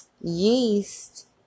yeast